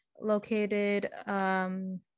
located